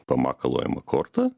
pamakaluojam korta